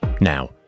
Now